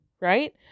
right